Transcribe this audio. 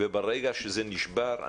ברגע שזה נשבר,